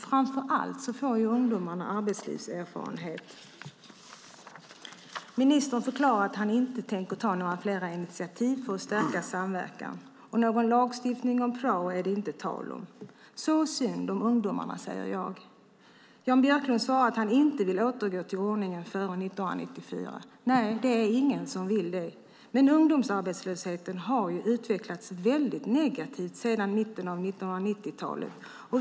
Framför allt får ungdomar arbetslivserfarenhet. Ministern förklarar att han inte tänker ta några fler initiativ för att stärka samverkan. Någon lagstiftning om prao är det inte tal om. Så synd om ungdomarna! säger jag. Jan Björklund svarar att han inte vill återgå till den ordning som gällde före 1994. Nej, det är ingen som vill det. Men ungdomsarbetslösheten har utvecklats väldigt negativt sedan mitten av 1990-talet.